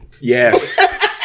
Yes